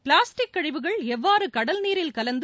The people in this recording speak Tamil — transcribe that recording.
பிளாஸ்டிக் கழிவுகள் எவ்வாறு கடல்நீரில் கலந்து